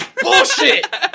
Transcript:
Bullshit